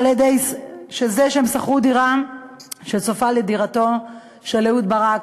הם שכרו דירה שצופה לדירתו של אהוד ברק,